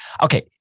okay